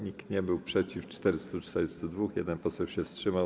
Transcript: Nikt nie był za, przeciw - 442, 1 poseł się wstrzymał.